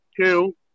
Two